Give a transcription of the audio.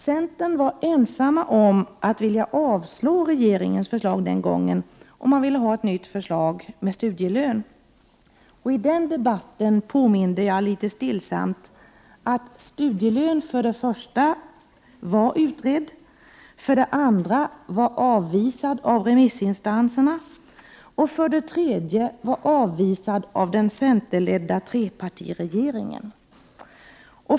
Centern var ensam om att vilja avslå regeringens förslag den gången och ville ha ett nytt förslag med studielön. I den debatten påminde jag litet stillsamt om att frågan om studielön för det första var utredd, för det andra var avvisad av remissinstansen och för det tredje var avvisad av den centerledda trepartiregeringen.